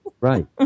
Right